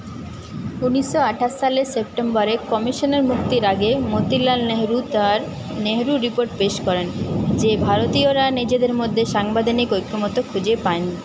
ঊনিশো আঠাশ সালের সেপ্টেম্বরে কমিশনের মুক্তির আগে মতিলাল নেহেরু তার নেহেরু রিপোর্ট পেশ করেন যে ভারতীয়রা নিজেদের মধ্যে সাংবিধানিক ঐকমত্য খুঁজে পায়নি